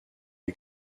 est